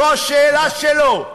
זו השאלה שלו.